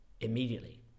immediately